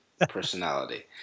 personality